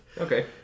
Okay